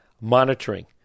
monitoring